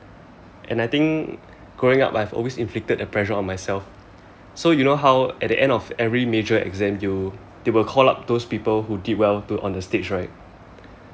and I think growing up I've always inflicted a pressure on myself so you know how at the end of every major exam you they will call up those people who did well to on the stage right